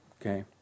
Okay